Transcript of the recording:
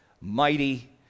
mighty